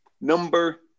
Number